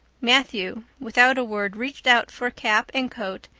matthew, without a word, reached out for cap and coat,